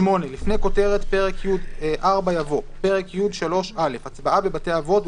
"(8)לפני כותרת פרק י'4 יבוא: פרק י3א: הצבעה בבתי אבות,